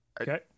Okay